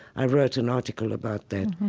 i wrote an article about that,